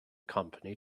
company